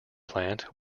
plant